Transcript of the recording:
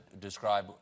describe